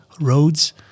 roads